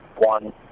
one